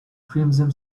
crimson